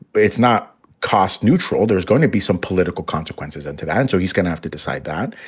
but it's not cost neutral. there's going to be some political consequences and to that. and so he's going to have to decide that.